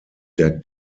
der